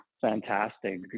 fantastic